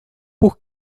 por